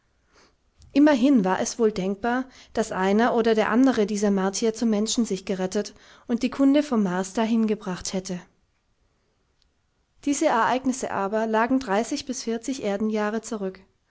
immerhin war es wohl denkbar daß einer oder der andere dieser martier zu menschen sich gerettet und die kunde vom mars dahin gebracht hätte diese ereignisse aber lagen dreißig bis vierzig erdenjahre zurück